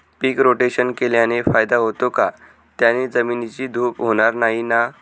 पीक rotation केल्याने फायदा होतो का? त्याने जमिनीची धूप होणार नाही ना?